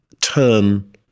turn